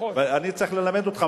אני צריך ללמד אותך,